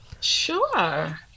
sure